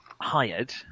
hired